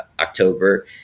October